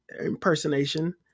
impersonation